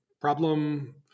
problem